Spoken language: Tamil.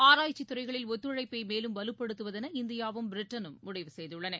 ஆராய்ச்சிதுறைகளில் ஒத்துழைப்பைமேலும் வலுப்படுத்துவதென இந்தியாவும் பிரிட்டனும் முடிவு செய்துள்ளன